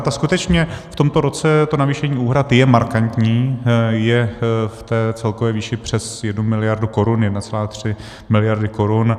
A skutečně v tomto roce to navýšení úhrad je markantní, je v celkové výši přes jednu miliardu korun, 1,3 miliardy korun.